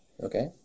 Okay